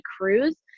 cruise